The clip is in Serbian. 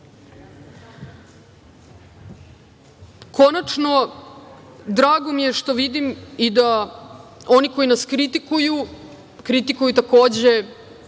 nedelje. Konačno, drago mi je što vidim da i oni koji nas kritikuju, kritikuju takođe,